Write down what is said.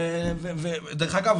דרך אגב,